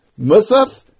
Musaf